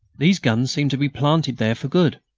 these guns seemed to be planted there for good.